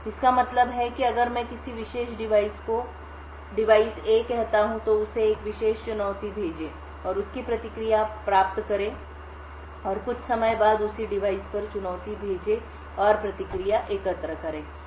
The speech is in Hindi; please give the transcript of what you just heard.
इसका मतलब है कि अगर मैं किसी विशेष डिवाइस को डिवाइस ए कहता हूं तो उसे एक विशेष चुनौती भेजें और उसकी प्रतिक्रिया प्राप्त करें और कुछ समय बाद उसी डिवाइस पर चुनौती भेजें और प्रतिक्रिया एकत्र करें